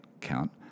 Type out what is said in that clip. Count